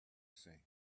say